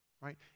right